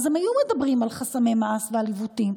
אז הם היו מדברים על חסמי מס ועל עיוותים,